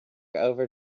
over